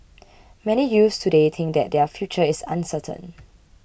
many youths today think that their future is uncertain